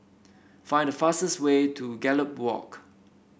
find the fastest way to Gallop Walk